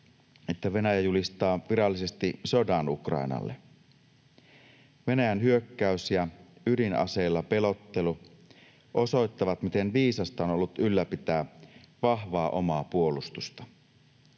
että Venäjä julistaa virallisesti sodan Ukrainalle. Venäjän hyökkäys ja ydinaseilla pelottelu osoittavat, miten viisasta on ollut ylläpitää vahvaa omaa puolustusta.